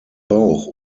bauch